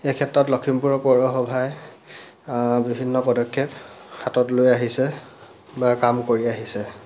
এই ক্ষেত্ৰত লখিমপুৰ পৌৰসভাই বিভিন্ন পদক্ষেপ হাতত লৈ আহিছে বা কাম কৰি আহিছে